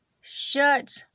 Shut